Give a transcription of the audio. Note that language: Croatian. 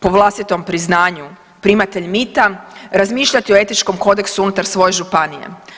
po vlastitom priznanju primatelj mita, razmišljati o etičkom kodeksu unutar svoje županije.